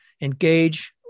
engage